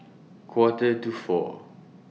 Quarter to four